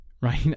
right